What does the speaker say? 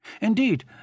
Indeed